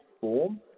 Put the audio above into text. form